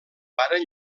varen